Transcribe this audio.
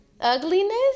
ugliness